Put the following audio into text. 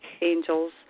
angels